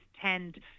tend